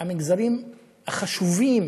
המגזרים החשובים